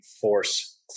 force